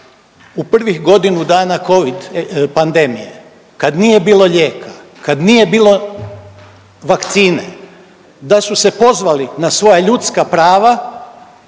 u prvih godinu dana Covid pandemije kad nije bilo lijeka, kad nije bilo vakcine da su se pozvali na svoja ljudska prava,